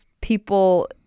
people